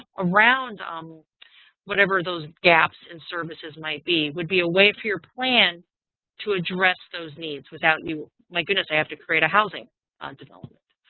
around um whatever those gaps in services might be, would be a way for your plan to address those needs without you saying, my goodness, i have to create a housing um development.